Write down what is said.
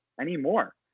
anymore